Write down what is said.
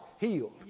healed